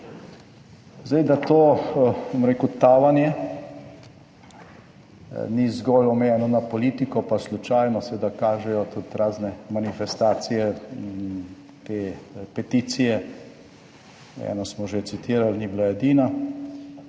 Zdaj, da to, bom rekel, tavanje ni zgolj omejeno na politiko, pa slučajno seveda kažejo tudi razne manifestacije te peticije. Eno smo že citirali, ni bila edina,